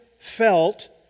felt